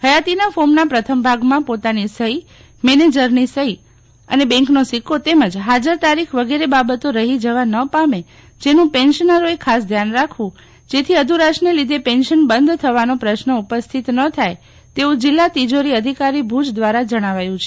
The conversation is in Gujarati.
હયાતિના ફોર્મના પ્રથમ ભાગમાં પોતાની સહી મેનેજરની સહી અને બેંકનો સિકકો તેમજ ફાજર તારીખ વગેરે બાબતો રહી જવા ન પામે જેનું પેન્શનરોએ ખાસ ધ્યાન રાખવું જેથી અધુરાશને લીધે પેન્શન બંધ થવાનો પ્રશ્ન ઉપસ્થિત ન થાય તેવું જિલ્લા તિજોરી અધિકારી ભુજ દ્વારા જણાવાયું છે